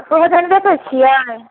ओहिमे झञ्झटो छियै